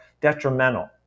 detrimental